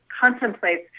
contemplates